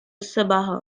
sabah